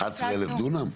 11,000 דונם?